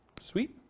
Sweet